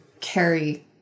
carry